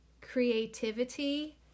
creativity